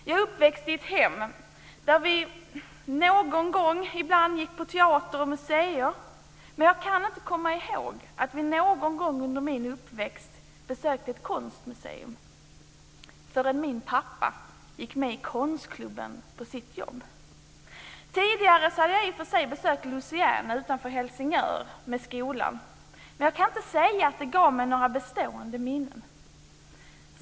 Jag är uppväxt i ett hem där vi någon gång ibland gick på teater och museer, men jag kan inte komma ihåg att vi någon gång under min uppväxt besökte ett konstmuseum - förrän min pappa gick med i konstklubben på sitt jobb. Tidigare hade jag i och för sig besökt Louisiana utanför Helsingør med skolan, men jag kan inte säga att det gav mig några bestående minnen.